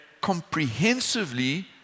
comprehensively